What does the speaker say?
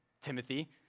Timothy